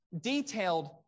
detailed